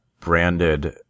branded